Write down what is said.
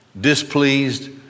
displeased